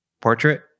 portrait